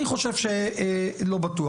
אני חושב שלא בטוח,